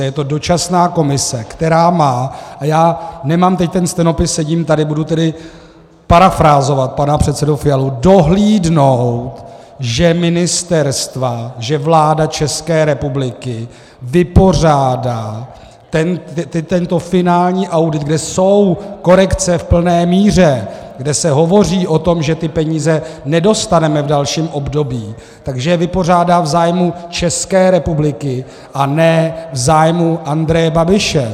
Je to dočasná komise, která má a já nemám teď ten stenopis, sedím tady, budu tedy parafrázovat pana předsedu Fialu dohlédnout, že ministerstva, že vláda České republiky vypořádá tento finální audit, kde jsou korekce v plné míře, kde se hovoří o tom, že ty peníze nedostaneme v dalším období, že je vypořádá v zájmu České republiky, a ne v zájmu Andreje Babiše.